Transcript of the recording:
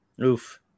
Oof